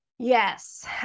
Yes